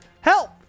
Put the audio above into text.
help